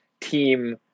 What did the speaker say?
team